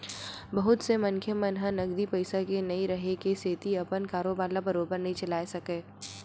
बहुत से मनखे मन ह नगदी पइसा के नइ रेहे के सेती अपन कारोबार ल बरोबर नइ चलाय सकय